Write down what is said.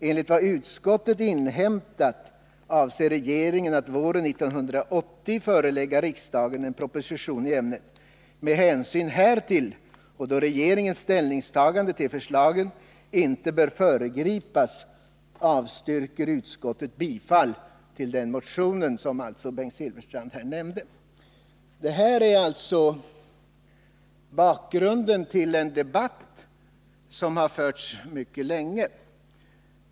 Enligt vad utskottet inhämtat avser regeringen att våren 1980 förelägga riksdagen en proposition i ämnet. Med hänsyn härtill och då regeringens ställningstaganden till förslagen inte bör föregripas avstyrker utskottet bifall till motionen 1760.” — Det var alltså denna motion som Bengt Silfverstrand nämnde. Detta är bakgrunden till den debatt som har förts mycket länge.